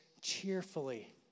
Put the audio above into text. cheerfully